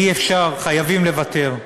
אי-אפשר, חייבים לוותר.